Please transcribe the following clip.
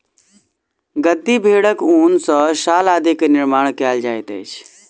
गद्दी भेड़क ऊन सॅ शाल आदि के निर्माण कयल जाइत अछि